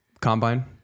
combine